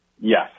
Yes